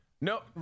no